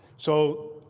so